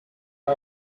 who